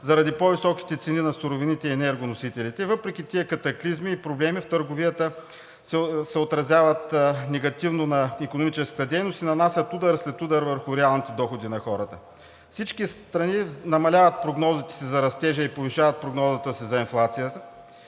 заради по-високите цени на суровините и енергоносителите, които въпреки тези катаклизми и проблеми в търговията, се отразяват негативно на икономическата дейност и нанасят удар след удар върху реалните доходи на хората. Всички страни намаляват прогнозите си за растежа и повишават прогнозата си за инфлацията.